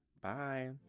Bye